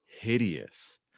hideous